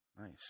nice